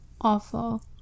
awful